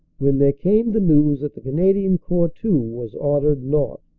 when there came the news that the canadian corps too was ordered north.